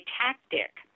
tactic